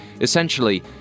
Essentially